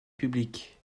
public